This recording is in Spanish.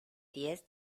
diez